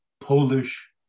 Polish